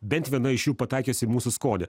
bent viena iš jų pataikys į mūsų skonį